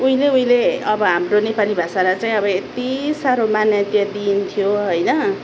उहिले उहिले अब हाम्रो नेपाली भाषालाई चाहिँ अब यति साह्रो मान्यता दिइन्थ्यो होइन